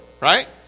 right